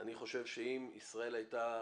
אני חושב שאם ישראל הייתה